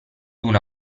una